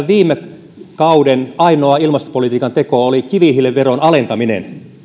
viime kauden ainoa ilmastopolitiikan tekonne oli kivihiilen veron alentaminen